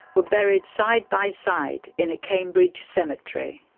were buried side by side in a cambridge cemetery.